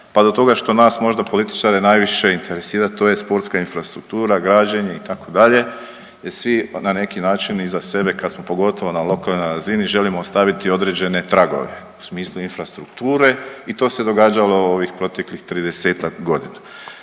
pa do toga što nas možda političare najviše interesira to je sportska infrastruktura, građenje itd. jer svi na neki način iza sebe kad smo pogotovo na lokalnoj razini želimo ostaviti određene tragove u smislu infrastrukture i to se događalo u ovih proteklih 30-ak godina.